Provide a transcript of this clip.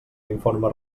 informe